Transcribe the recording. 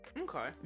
okay